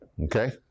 Okay